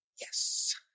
Yes